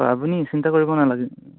হয় আপুনি চিন্তা কৰিব নালাগে